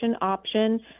option